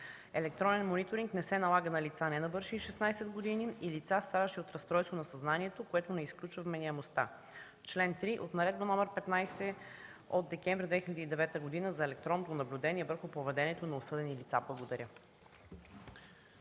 Електронен мониторинг не се налага на лица, ненавършили 16 години, и на лица, страдащи от разстройство на съзнанието, което не изключва вменяемостта – чл. 3 от Наредба № 15 от месец декември 2009 г. за електронното наблюдение върху поведението на осъдени лица. Благодаря.